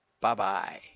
Bye-bye